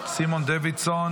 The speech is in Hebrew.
סימון דוידסון,